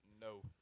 No